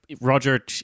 Roger